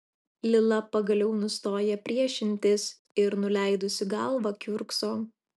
lila pagaliau nustoja priešintis ir nuleidusi galvą kiurkso